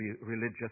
religious